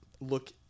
look